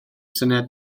syniad